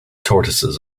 tortoises